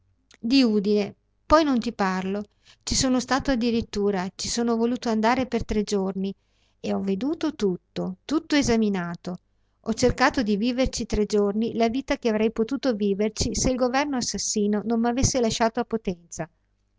di udine poi non ti parlo ci sono stato addirittura ci son voluto andare per tre giorni e ho veduto tutto tutto esaminato ho cercato di viverci tre giorni la vita che avrei potuto viverci se il governo assassino non m'avesse lasciato a potenza